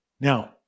Now